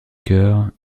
cœurs